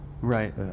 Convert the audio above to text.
Right